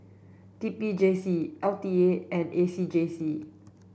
T P J C L T A and A C J C